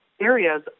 areas